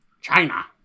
China